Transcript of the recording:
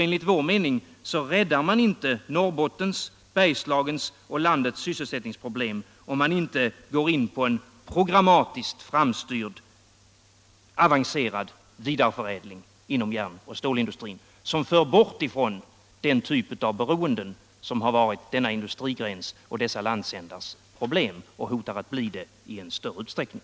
Enligt vår mening räddar man inte Norrbottens, Bergslagens och landets sysselsättningsproblem om man inte går in på en programmatiskt framstyrd, avancerad vidareförädling inom järnoch stålindustrin, som för bort från den typ av beroende som har varit denna industrigrens och dessa landsändars problem och hotar att bli det i än större utsträckning.